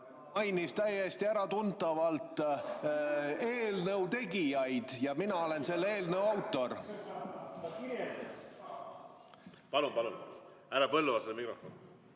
Mainis täiesti äratuntavalt eelnõu tegijaid ja mina olen selle eelnõu autor. Palun-palun! Härra Põlluaasale mikrofon.